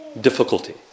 difficulty